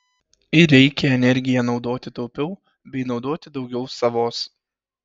ir reikia energiją naudoti taupiau bei naudoti daugiau savos